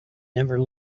never